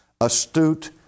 astute